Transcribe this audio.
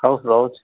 ହଉ ରହୁଛି